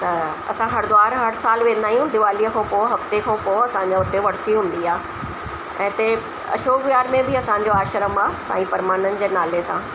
त असां हरिद्वार हर साल वेंदा आहियूं दिवालीअ खां पोइ हफ़्ते खां पोइ असांजो हुते वर्सी हूंदी आहे ऐं हिते अशोक विहार में बि असांजो आश्रम आहे साईं परमानंद जे नाले सां